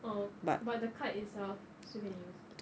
oh but the card itself still can use